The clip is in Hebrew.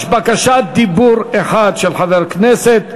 יש בקשת דיבור אחת של חבר כנסת,